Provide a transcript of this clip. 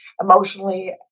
emotionally